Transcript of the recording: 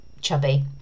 chubby